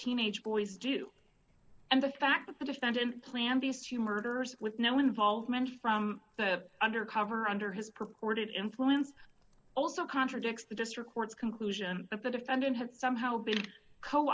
teenage boys do and the fact that the defendant planned these two murders with no involvement from the undercover under his purported influence also contradicts the district court's conclusion that the defendant had somehow been co